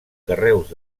carreus